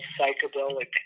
psychedelic